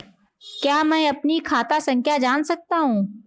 क्या मैं अपनी खाता संख्या जान सकता हूँ?